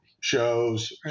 shows